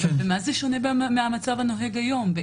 במה זה שונה מהמצב הנוהג כיום?